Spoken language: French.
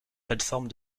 plateforme